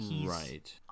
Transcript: Right